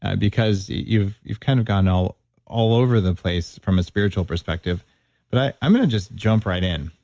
and because you've you've kind of gone all all over the place from a spiritual perspective. but i'm going to just jump right in.